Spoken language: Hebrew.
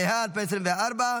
התשפ"ה 2024,